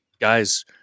guys